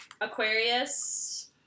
Aquarius